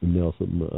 Nelson